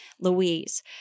Louise